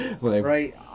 right